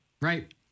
right